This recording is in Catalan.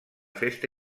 festa